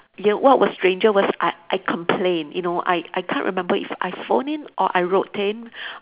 ya what was stranger was I I complained you know I I can't remember if I phoned in or I wrote in